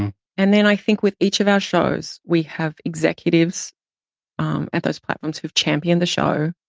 and then i think with each of our shows, we have executives um at those platforms who've championed the show.